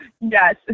Yes